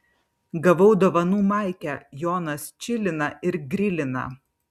gavau dovanų maikę jonas čilina ir grilina